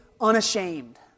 unashamed